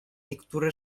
niektóre